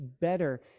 better